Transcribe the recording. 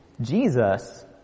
Jesus